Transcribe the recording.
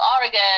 oregon